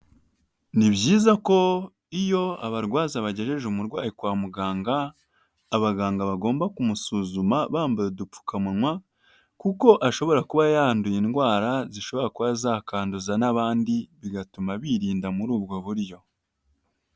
Ni byiza ko iyo abarwaza bagejeje umurwayi kwa muganga abaganga bagomba kumusuzuma bambaye udupfukamunwa, kuko ashobora kuba yanduye indwara zishobora kuba zakduza n'abandi, bigatuma birinda muri ubwo buryo.